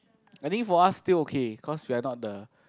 I think for us still okay cause we're not the